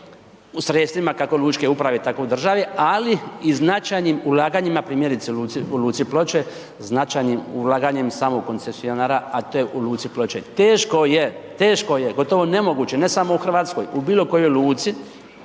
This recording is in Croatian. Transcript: sredstvima kako lučke uprave tako države, ali i značajnim ulaganjima primjerice u luci Ploče, značajnim ulaganjem samog koncesionara, a to je u luci Ploče. Teško je, teško je gotovo nemoguće ne samo u Hrvatskoj, u bilo kojoj luci